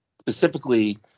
specifically